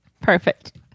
perfect